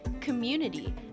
community